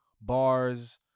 bars